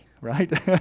right